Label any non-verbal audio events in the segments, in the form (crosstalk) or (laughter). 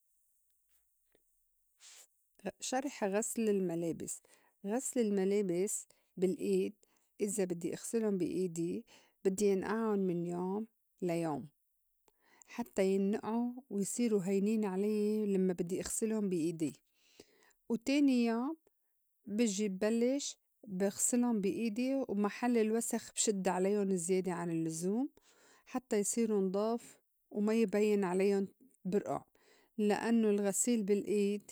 (noise) شرح غسل الملابس غسل الملابِس بالإيد إذا بدّي إغسِلُن بي أيدي بدّي إنقعُن من يوم ليوم حتّى ينّئعو ويصيرو هينين عليّ لمّا بدّي إغسلن بي إيدي، وتاني يوم بجي بلّش بِغْسِلُن بي إيدي ومحل الوسخ بشد عليُن زيادة عن اللّزوم حتّى يصيرو نضاف وما يبيّن عليّن برئع لإنّو الغسيل بالإيد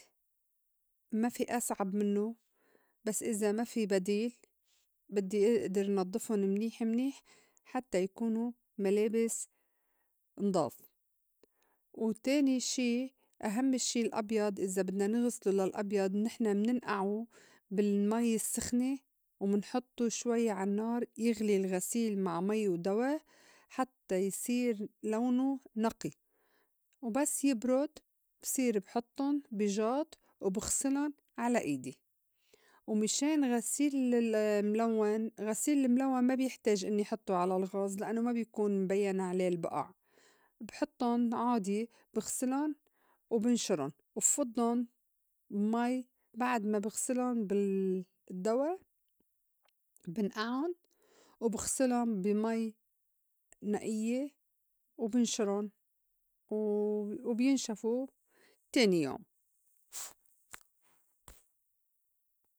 ما في أصعب منّو بس إذا ما في بديل بدّي إئدِر نضّفن منيح منيح حتّى يكونو ملابس نضاف، وتاني شي أهمّ شي الأبيض إذا بدنا نِغِسلو للأبيض نحن مننئعو بالمي السّخنة ومنحطّو شوي عانّار يغلي الغسيل مع مي ودوا حتّى يصير لونو نقي وبس يبرُد بصير بحطُّن بي جاط وبغْسِلُن على إيدي، ومِشان غسيل ال- ال- الملوّن غسيل الملوّن ما بيحتاج إنّي حطّو على الغاز لإنّو ما بيكون مبيّن عليه البئع بحطّن عادي بغسلُن وبنشرن وبفضّن بمي بعد ما بغسلن بالدّوا (noise) بِنئعُن وبغسلن بي مي نئيّة وبنشرُن و- وبيتشفو تاني يوم. (noise)